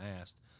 asked